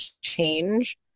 change